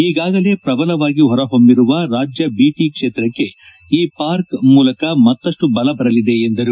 ಈಗಾಗಲೇ ಪ್ರಬಲವಾಗಿ ಹೊರಹೊಮ್ನಿರುವ ರಾಜ್ಯ ಬಿಟಿ ಕ್ಷೇತ್ರಕ್ಷೆ ಈ ಪಾರ್ಕ್ ಮೂಲಕ ಮತ್ತಷ್ಟು ಬಲ ಬರಲಿದೆ ಎಂದರು